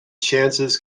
chances